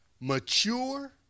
Mature